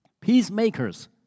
peacemakers